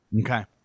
Okay